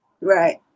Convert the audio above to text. Right